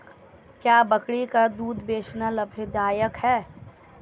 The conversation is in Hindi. क्या बकरी का दूध बेचना लाभदायक है?